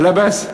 בלבשֹ?